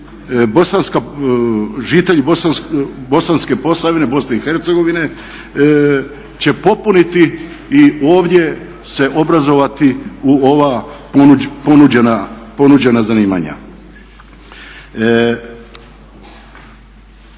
žitelj Bosanske Posavine, Bosne i Hercegovine će popuniti i ovdje se obrazovati u ova ponuđena zanimanja.